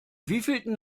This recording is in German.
wievielten